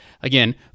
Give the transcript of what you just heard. again